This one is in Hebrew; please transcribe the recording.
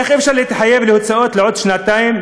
איך אפשר להתחייב להוצאות לעוד שנתיים,